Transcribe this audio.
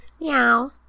Meow